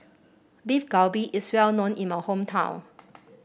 Beef Galbi is well known in my hometown